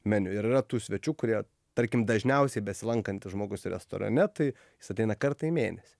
meniuir yra tų svečių kurie tarkim dažniausiai besilankantis žmogus restorane tai jis ateina kartą į mėnesį